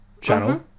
channel